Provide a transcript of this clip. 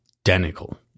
identical